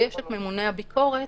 ויש את ממונה הביקורת,